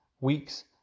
weeks